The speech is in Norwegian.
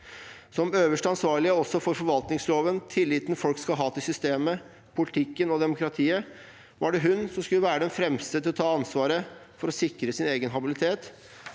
Som øverste ansvarlige også for forvaltningsloven, tilliten folk skal ha til systemet, politikken og demokratiet, var det hun som skulle være den fremste til å ta ansvaret for å sikre sin egen habilitet,